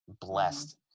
blessed